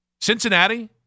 Cincinnati